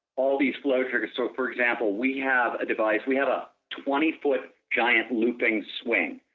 all these flow triggers. so, for example, we have a device, we have a twenty foot giant looping swing.